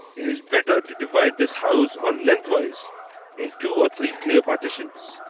it is better to divide this house on length wise in two or three clear partitions.